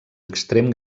extrem